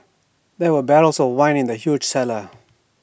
there were barrels of wine in the huge cellar